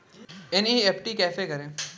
NEFT कैसे करें?